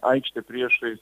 aikštė priešais